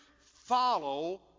follow